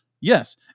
Yes